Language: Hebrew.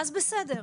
אז בסדר,